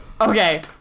Okay